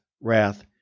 wrath